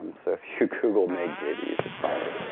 um so if you google megdavi, you should find it.